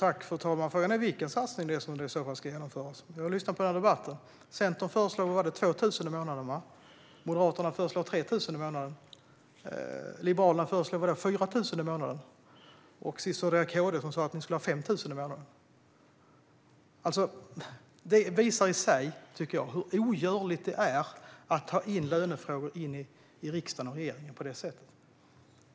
Fru talman! Frågan är vilken satsning det i så fall är som ska genomföras. Jag har lyssnat på debatten, och Centern föreslår 2 000 i månaden, tror jag. Moderaterna föreslår 3 000 i månaden, och Liberalerna föreslår vad - 4 000 i månaden? Sist hörde jag KD, som sa att det ska vara 5 000 i månaden. Jag tycker att det i sig visar hur ogörligt det är att ta lönefrågor in i riksdagen och regeringen.